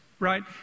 right